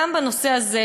גם בנושא הזה,